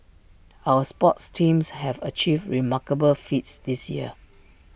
our sports teams have achieved remarkable feats this year